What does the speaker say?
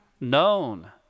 known